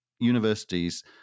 universities